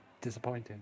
disappointing